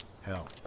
hell